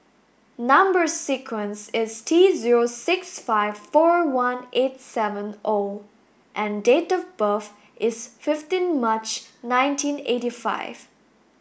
number sequence is T zero six five four one eight seven O and date of birth is fifteen March nineteen eighty five